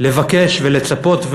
לבקש ולצפות,